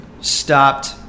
stopped